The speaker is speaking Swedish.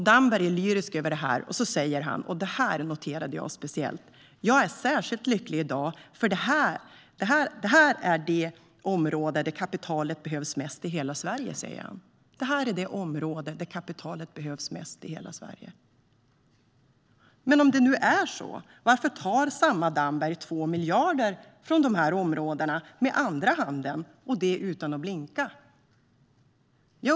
Damberg är lyrisk över det här och säger, vilket jag noterade speciellt: "Jag är särskilt lycklig i dag för det är här det här kapitalet behövs mest i hela Sverige." Men om det nu är så, varför tar samma Damberg 2 miljarder från de här områdena med andra handen utan att blinka?